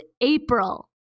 april